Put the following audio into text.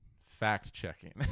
fact-checking